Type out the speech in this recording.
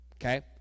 Okay